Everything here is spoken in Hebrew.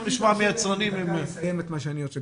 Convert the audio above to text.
נשמע מיצרנים --- אני אסיים את מה שאני רוצה.